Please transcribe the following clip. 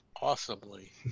awesomely